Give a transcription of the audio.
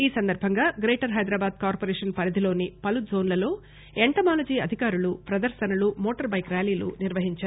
ఈ సందర్బంగా greater Hyderabad corporation పరిధిలోని పలుజోన్లలో ఎంటమాలజీ అధికారులు ప్రదర్పనలు మోటారు బైక్ ర్యాలీలు నిర్వహించారు